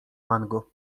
mango